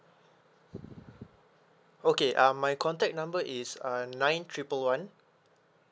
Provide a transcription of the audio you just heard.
okay uh my contact number is uh nine triple one